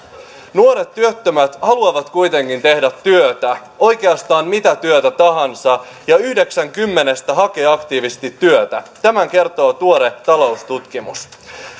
nuoret työttömät haluavat kuitenkin tehdä työtä oikeastaan mitä työtä tahansa ja yhdeksän kymmenestä hakee aktiivisesti työtä tämän kertoo tuore taloustutkimus